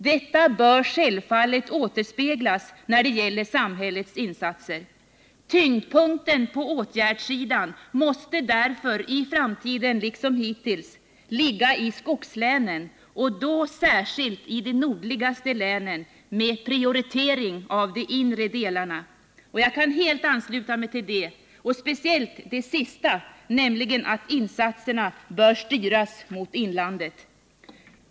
Detta bör självfallet återspeglas när det gäller samhällets insatser. Tyngdpunkten på åtgärdssidan måste därför i framtiden liksom hittills ligga i skogslänen och då särskilt i de nordligaste länen med prioritering av de inre delarna.” Jag kan helt ansluta mig till detta, speciellt till det sista, nämligen att insatserna bör styras mot inlandet.